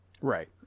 Right